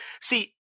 see